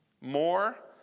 more